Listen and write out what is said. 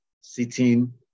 sitting